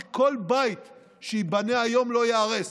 כי כל בית שייבנה היום לא ייהרס.